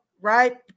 right